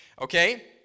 Okay